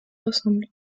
ressemblent